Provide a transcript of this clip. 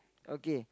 again